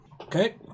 okay